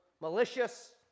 malicious